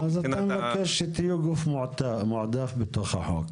--- אז אתה רוצה שתהיו גוף מועדף בתוך החוק?